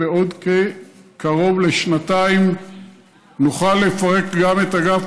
בעוד כקרוב לשנתיים נוכל לפרק גם את אגף